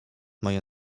moja